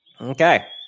Okay